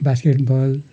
basket ball